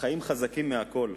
החיים חזקים מהכול,